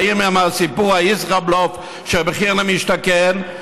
באים עם סיפור הישראבלוף של מחיר למשתכן,